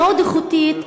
המאוד-איכותית,